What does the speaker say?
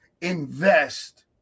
invest